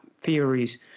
theories